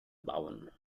bauen